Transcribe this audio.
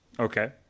Okay